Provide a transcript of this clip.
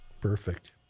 Perfect